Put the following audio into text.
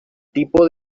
tipo